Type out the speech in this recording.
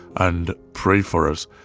and pray for us,